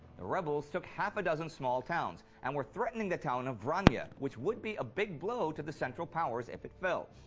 the rebels took half a dozen small towns and were threatening the town of vranje, yeah which would be a big blow to the central powers if it fell.